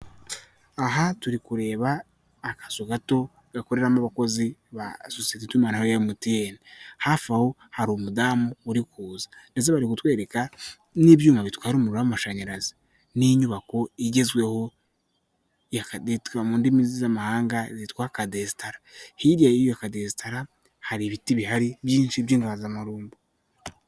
Aha turi kureba akazu gato gakoreramo abakozi ba asosiyete tumanaho ya Emutiyene. Hafi aho hari umudamu uri kuza, ndetse bari kutwereka n'ibyuma bitwara umuriro w'amashanyarazi n’inyubako igezweho ya kade yitwa mu ndimi z'amahanga yitwa kadesitara. Hirya y'iyo kadesitara hari ibiti bihari byinshi by'inganzamarumbu.